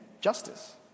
Justice